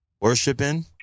worshiping